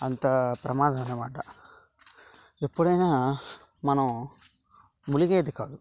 అంతా ప్రమాదం అన్నమాట ఎప్పుడైనా మనం మునిగేది కాదు